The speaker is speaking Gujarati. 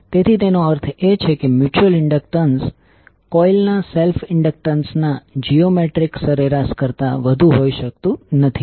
તેથી તેનો અર્થ એ છે કે મ્યુચ્યુઅલ ઇન્ડક્ટન્સ કોઇલ ના સેલ્ફ ઇન્ડક્ટન્સ ના જીઓમેટ્રીક સરેરાશ કરતાં વધુ હોઈ શકતું નથી